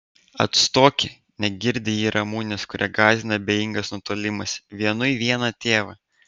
atstoki negirdi ji ramunės kurią gąsdina abejingas nutolimas vienui vieną tėvą